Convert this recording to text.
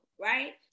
right